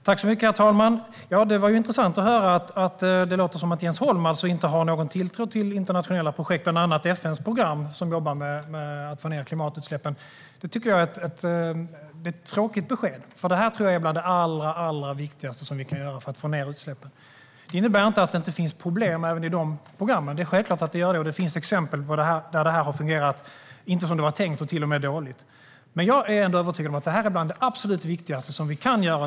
Herr talman! Det var intressant att höra att Jens Holm tydligen inte har någon tilltro till internationella projekt, bland annat FN:s program för att få ned klimatutsläppen. Det tycker jag är ett tråkigt besked, för detta tror jag är bland det allra viktigaste vi kan göra för att få ned utsläppen. Det innebär inte att det inte finns problem även i de programmen; det gör det självklart. Det finns exempel på att det inte fungerat som det var tänkt och till och med fungerat dåligt. Men jag är ändå övertygad om att detta är bland det absolut viktigaste vi kan göra.